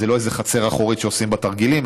זה לא איזו חצר אחורית שעושים בה תרגילים,